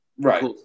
Right